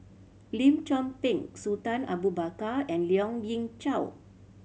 Lim Chor Pee Sultan Abu Bakar and Lien Ying Chow